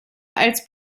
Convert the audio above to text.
als